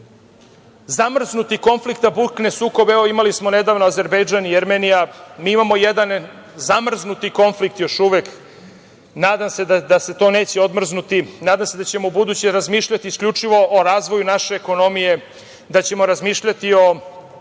zamrznutih konflikata bukne sukob. Evo, imali smo nedavno Azerbejdžan i Jermenija. Mi imao jedan zamrznuti konflikt, još uvek. Nadam se da se to neće odmrznuti, nadam se da ćemo ubuduće razmišljati isključivo o razvoju naše ekonomije, da ćemo razmišljati o